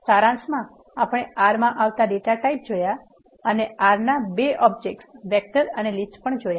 સારાંશમાં આપણે R માં આવતા ડેટા ટાઈપ જોયા અને R ના બે ઓબ્જેક્ટ વેક્ટર અને લીસ્ટ પણ જોયા